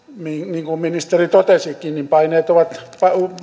niin kuin ministeri totesikin paineet ovat